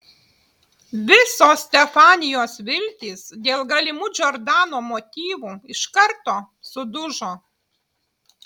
visos stefanijos viltys dėl galimų džordano motyvų iš karto sudužo